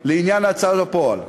לעניין ההוצאה לפועל.